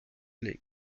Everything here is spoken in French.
les